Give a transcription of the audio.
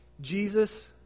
Jesus